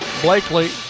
Blakely